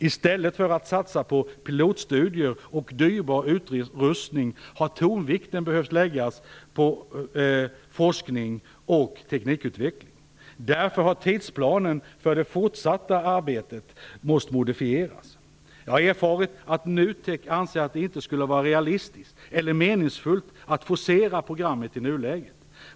I stället för att satsa på pilotstudier och dyrbar utrustning har tonvikten behövt läggas på forskning och teknikutveckling. Därför har tidsplanen för det fortsatta arbetet måst modifieras. Jag har erfarit att NUTEK anser att det inte skulle vara realistiskt eller meningsfullt att forcera programmet i nuläget.